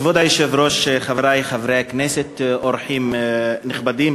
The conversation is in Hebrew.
כבוד היושב-ראש, חברי חברי הכנסת, אורחים נכבדים,